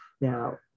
now